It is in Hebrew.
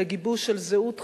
לגיבוש של זהות חדשה,